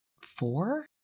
four